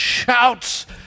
shouts